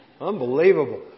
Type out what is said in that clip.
Unbelievable